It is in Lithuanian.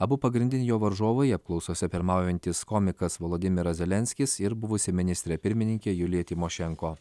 abu pagrindiniai jo varžovai apklausose pirmaujantys komikas vladimiras zelenskis ir buvusi ministrė pirmininkė julija tymošenko